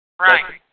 Right